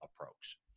approach